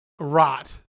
rot